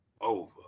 over